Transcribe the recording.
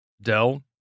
Dell